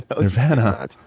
Nirvana